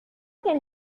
can